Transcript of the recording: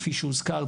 כפי שהוזכר,